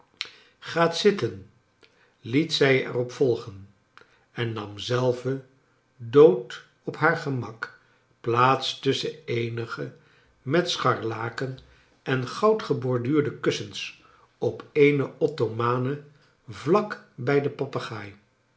gaat zitten liet zij er op volgen en nam zelve dood op haar gemak plaats tusschen eenige met scharlaken en goud geborduurde kussens op eene ottomane vlak bij den papegaai